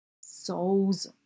soul's